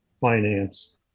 Finance